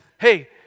hey